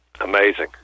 amazing